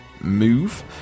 move